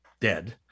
dead